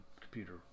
computer